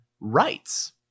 rights